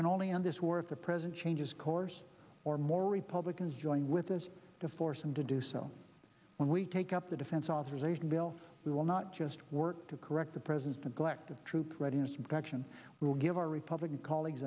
can only end this war if the present changes course or more republicans join with us to force them to do so when we take up the defense authorization bill we will not just work to correct the present the glare of troop readiness infection will give our republican colleagues